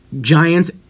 giants